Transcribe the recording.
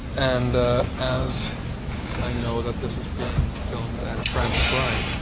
and as i know that this is being filmed and transcribed,